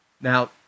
Now